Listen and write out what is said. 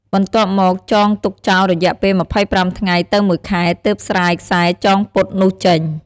បន្ទាប់មកចងទុកចោលរយៈពេល ២៥ ថ្ងៃទៅមួយខែ ទើបស្រាយខ្សែចងពត់នោះចេញ ។